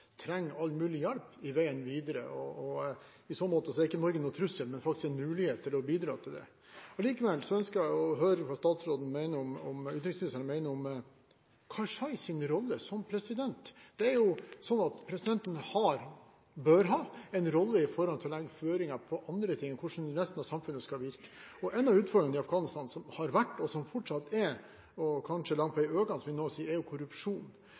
trenger all mulig hjelp på veien videre. I så måte er ikke Norge noen trussel, men faktisk en mulighet til å bidra. Likevel ønsker jeg å høre hva utenriksministeren mener om Karzais rolle som president. Det er jo slik at presidenten bør ha en rolle når det gjelder å legge føringer, hvordan resten av samfunnet skal virke. En av utfordringene som har vært i Afghanistan, og som fortsatt er der, og kanskje er økende, er korrupsjon. Derfor ønsker jeg å høre hva utenriksministeren mener om Karzais rolle – jeg skal ikke nevne Karzais familie – når det gjelder å bekjempe korrupsjon